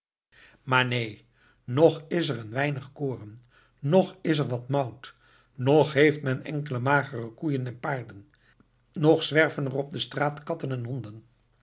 maar neen ng is er een weinig koren ng is er wat mout ng heeft men enkele magere koeien en paarden ng zwerven er op straat katten en